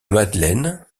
madeleine